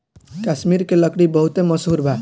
कश्मीर के लकड़ी बहुते मसहूर बा